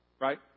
right